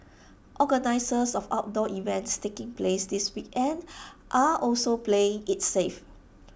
organisers of outdoor events taking place this weekend are also playing IT safe